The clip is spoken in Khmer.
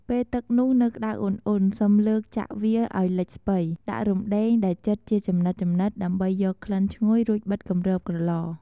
ពេលទឹកនោះនៅក្តៅអ៊ុនៗ សឹមលើកចាក់វាឱ្យលិចស្ពៃ ដាក់រំដេងដែលចិតជាចំណិតៗដើម្បីយកក្លិនឈ្ងុយ រួចបិទគម្របក្រឡ។